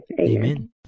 amen